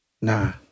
nah